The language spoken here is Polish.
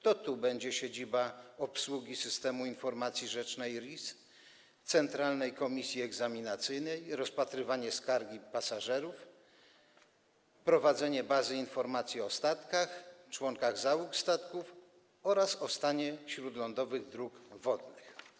To tu będzie siedziba, jeśli chodzi o obsługę systemu informacji rzecznej - RIS - i centralnej komisji egzaminacyjnej, rozpatrywanie skarg pasażerów i prowadzenie bazy informacji o statkach, członkach załóg statków oraz o stanie śródlądowych dróg wodnych.